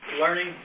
Learning